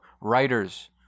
writers